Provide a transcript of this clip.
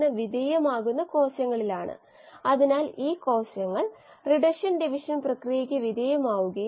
2 പ്രധാന തരം ഉൽപ്പന്നങ്ങൾ ഉണ്ട് കോശങ്ങൾ അല്ലെങ്കിൽ കോശങ്ങൾ നിർമ്മിച്ച തന്മാത്രകൾ ബയോ റിയാക്ടറുകളിൽ നിന്നുള്ള പ്രധാന ഉൽപ്പന്നങ്ങളാണ്